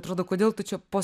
atrodo kodėl tu čia po